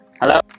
Hello